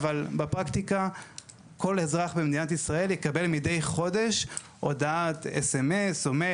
אבל בפרקטיקה כל אזרח במדינת ישראל יקבל מידי חודש הודעת S.M.S או מייל,